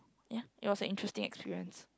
ya it was a interesting experience